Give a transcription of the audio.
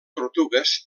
tortugues